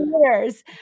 years